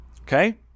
Okay